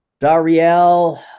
Dariel